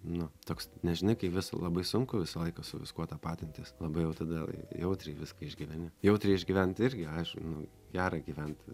nu toks nes žiniai kai vis labai sunku visą laiką su viskuo tapatintis labai jau tada jautriai viską išgyveni jautriai išgyvent irgi aišu nu gera gyvent